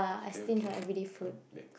okay okay come next